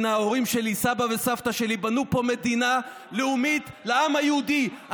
בנו פה מדינה לאומית לעם היהודי.